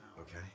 Okay